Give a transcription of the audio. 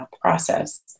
process